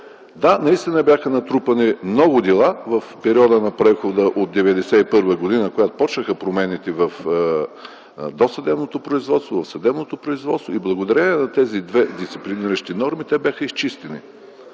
Да, наистина бяха натрупани много дела в периода на прехода от 1991 г., когато започнаха промените в досъдебното и в съдебното производство. Благодарение на тези две дисциплиниращи норми те бяха изчистени.